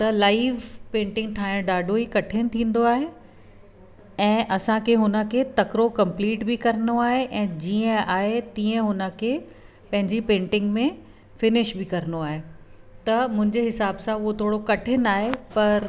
त live painting ठाहिणु ॾाढो ई कठिन थींदो आहे ऐं असांखे हुन खे तकिड़ो कंप्लीट बि करिणो आहे ऐं जीअं आहे तीअं हुन खे पंहिंजी पैंटिंग में फिनिश बि करिणो आहे त मुंहिंजे हिसाब सां उहो थोरो कठिन आहे पर